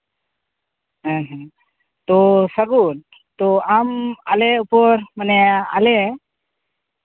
ᱦᱮᱸ ᱦᱮᱸ ᱛᱳ ᱥᱟᱹᱜᱩᱱ ᱛᱳ ᱟᱢ ᱟᱞᱮ ᱩᱯᱚᱨ ᱢᱟᱱᱮ ᱟᱞᱮ